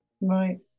Right